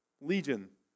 legion